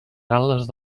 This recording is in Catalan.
gal·les